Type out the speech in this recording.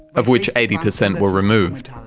of which eighty percent were removed.